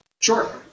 sure